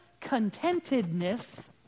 contentedness